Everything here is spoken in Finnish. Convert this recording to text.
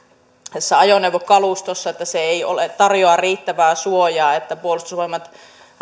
ajoneuvokalustosta että se ei tarjoa riittävää suojaa puolustusvoimat